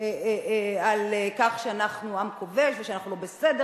על כך שאנחנו עם כובש ושאנחנו לא בסדר